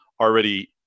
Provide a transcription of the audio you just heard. already